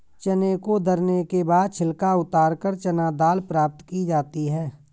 चने को दरने के बाद छिलका उतारकर चना दाल प्राप्त की जाती है